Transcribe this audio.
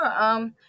Sure